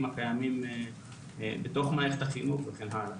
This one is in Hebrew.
הקיימים בתוך מערכת החינוך וכן הלאה.